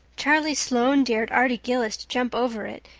charlie sloane dared arty gillis to jump over it,